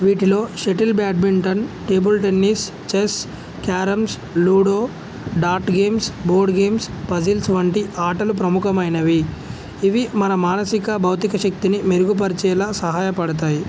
వీటిలో shuttle badminton table tennis chess carroms ludo dart games board games puzzles వంటి ఆటలు ప్రముఖమైనవి ఇవి మన మానసిక భౌతిక శక్తిని మెరుగుపరిచేలా సహాయపడతాయి